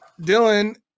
dylan